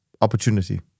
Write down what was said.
opportunity